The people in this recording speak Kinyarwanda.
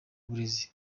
burezi